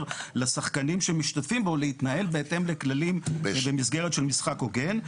לשחקנים שמשתתפים בו להתנהל בהתאם לכללים במסגרת של משחק הוגן.